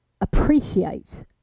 appreciate